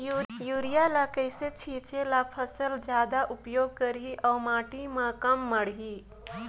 Urea ल कइसे छीचे ल फसल जादा उपयोग करही अउ माटी म कम माढ़ही?